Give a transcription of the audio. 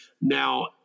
Now